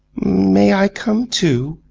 may i come, too,